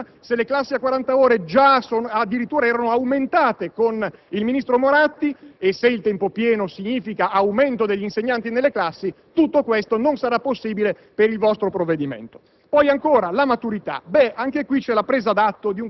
Dunque, se le classi a 40 ore già esistevano prima, addirittura erano state aumentate dal ministro Moratti, e il tempo pieno significa aumento degli insegnanti nelle classi, tutto questo non sarà possibile per il vostro provvedimento.